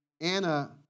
Anna